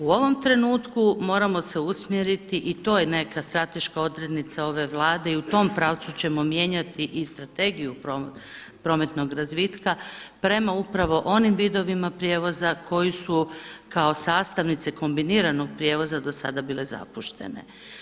U ovom trenutku moramo se usmjeriti i to je neka strateška odrednica ove Vlade i u tom pravcu ćemo mijenjati i Strategiju prometnog razvitka prema upravo onim vidovima prijevoza koji su kao sastavnice kombiniranog prijevoza do sada bile zapuštene.